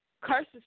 curses